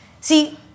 See